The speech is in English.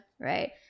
Right